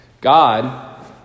God